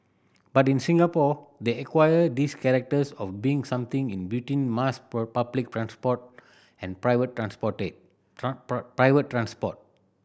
but in Singapore they acquired this characters of being something in between mass public transport and private private transport